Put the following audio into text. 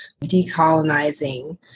decolonizing